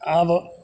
आब